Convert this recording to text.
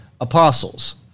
apostles